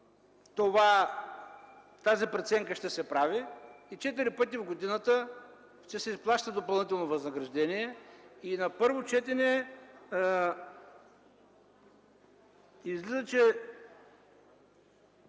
тази преценка ще се прави и четири пъти в годината ще се изплаща допълнително възнаграждение. На първо четене се